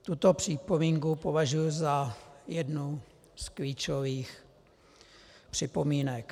Tuto připomínku považuji za jednu z klíčových připomínek.